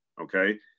Okay